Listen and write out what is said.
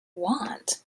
want